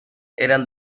eran